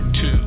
two